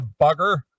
bugger